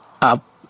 up